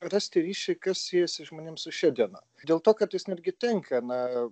rasti ryšį siejusį žmonėms su šia diena dėl to kad jis netgi tinka na